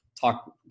talk